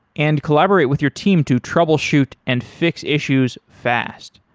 and collaborate with your team to troubleshoot and fix issues fast.